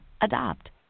Adopt